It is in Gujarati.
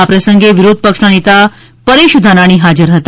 આ પ્રસંગે વિરોધ પક્ષના નેતા પરેશ ધાનાણી હાજર હતા